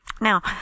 Now